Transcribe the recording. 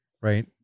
Right